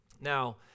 Now